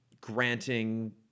granting